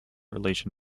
relation